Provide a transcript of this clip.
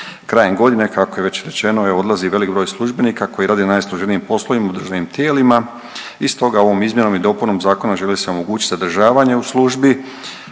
Krajem godine kako je već rečeno odlazi velik broj službenika koji rade na najsloženijim poslovima u državnim tijelima i stoga ovom izmjenom i dopunom zakona želi se omogućiti zadržavanje u službi